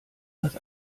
was